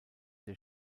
der